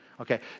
Okay